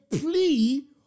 plea